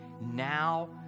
now